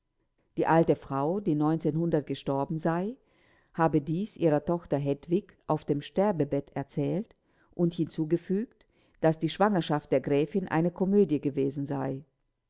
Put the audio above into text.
die alte frau die gestorben sei habe dies ihrer tochter hedwig auf dem sterbebett erzählt und hinzugefügt daß die schwangerschaft der gräfin eine komödie gewesen sei